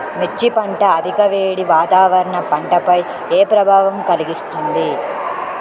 మిర్చి పంట అధిక వేడి వాతావరణం పంటపై ఏ ప్రభావం కలిగిస్తుంది?